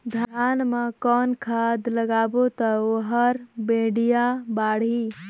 धान मा कौन खाद लगाबो ता ओहार बेडिया बाणही?